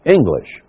English